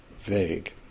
vague